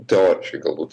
teoriškai galbūt